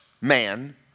man